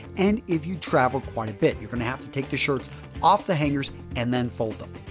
and if you travel quite a bit, you're going to have to take the shirts off the hangers and then fold them.